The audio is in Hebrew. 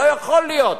לא יכול להיות,